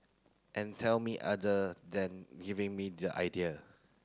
and tell me other than giving me the idea